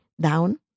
down